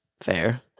fair